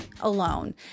alone